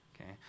Okay